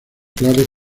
claves